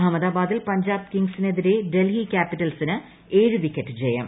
അഹമ്മദാബാദിൽ പഞ്ചാബ് കിങ്സിനെതിരെ ഡൽഹി ക്യാപിറ്റൽസിന് ഏഴ് വിക്കറ്റ് ജയം